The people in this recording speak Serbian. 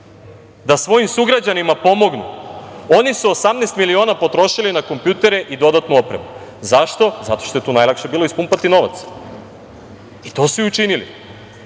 da svojim sugrađanima pomognu, oni su 18 miliona potrošili na kompjutere i dodatnu opremu. Zašto? Zato što je tu bilo najlakše ispumpati novac. I to su i učinili. Koliko